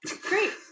great